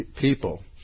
people